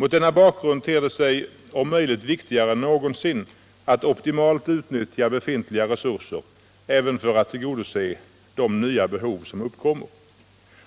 Mot denna bakgrund ter det sig om möjligt viktigare än någonsin att optimalt utnyttja befintliga resurser även för att tillgodose de nya behov som uppkommer.